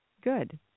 Good